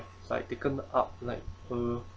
like taken up like uh